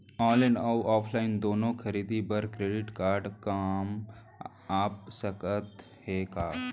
Online अऊ offline दूनो खरीदी बर क्रेडिट कारड काम आप सकत हे का?